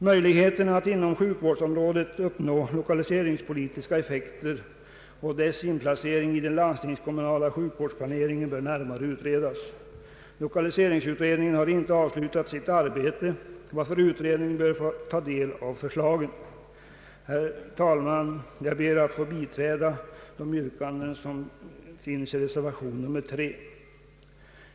Möjligheten att inom sjukvårdsområdet uppnå lokaliseringspolitiska effekter och deras inplacering i den landstingskommunala sjukvårdsplaneringen bör närmare utredas. Lokaliseringsutredningen har icke avslutat sitt arbete, varför utredningen bör få ta del av förslagen. Herr talman! Jag kommer att biträda yrkandet om bifall till reservation 3.